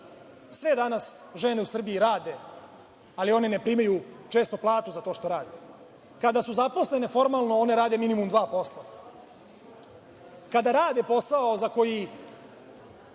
žene danas u Srbiji rade, ali one ne primaju često platu za to što rade. Kada su zaposlene formalno one rade minimum dva posla. Kada rade posao za koji